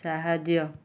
ସାହାଯ୍ୟ